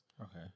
Okay